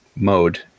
mode